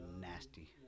Nasty